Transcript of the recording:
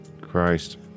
Christ